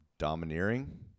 domineering